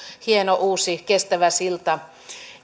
hieno uusi kestävä silta